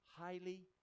highly